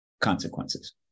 consequences